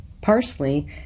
parsley